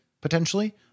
potentially